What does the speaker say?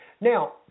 Now